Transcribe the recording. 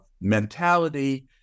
mentality